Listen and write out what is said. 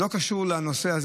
עכשיו, לא קשור לנושא הזה.